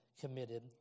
committed